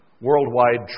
worldwide